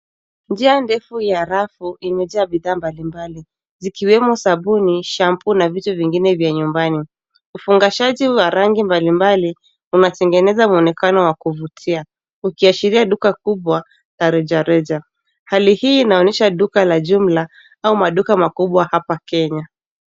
Njia ndefu ya rafu imejaa bidhaa mbalimbali. Zikiwemo sabuni, shampoo, na vitu vingine vya nyumbani. Ufungazaji wa rangi mbalimbali unatengeneza mwonekano wa kuvutia, ukiashiria duka kubwa la rejareja. Hali hii inaonyesha duka la jumla au maduka makubwa hapa Kenya.